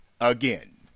Again